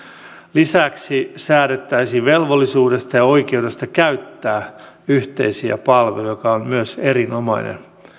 lisäksi säädettäisiin velvollisuudesta ja oikeudesta käyttää yhteisiä palveluja mikä on myös erinomaista